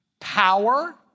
power